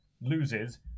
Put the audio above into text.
loses